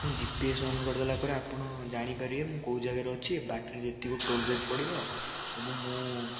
ମୁଁ G P S on କରିଦେଲା ପରେ ଆପଣ ଜାଣିପାରିବେ ମୁଁ କୋଉ ଜାଗାରେ ଅଛି ବାଟରେ ଯେତିକି ଟୋଲ୍ ଗେଟ୍ ପଡ଼ିବ ସବୁ ମୁଁ